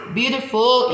beautiful